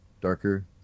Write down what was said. darker